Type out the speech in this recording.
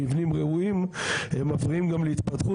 מבנים רעועים מפריעים גם להתפתחות